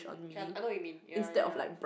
kind I know what you mean ya ya ya